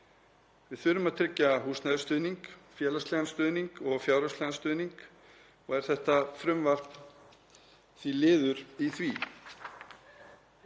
Við þurfum að tryggja húsnæðisstuðning, félagslegan stuðning og fjárhagslegan stuðning og er þetta frumvarp liður í því.